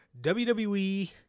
WWE